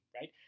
right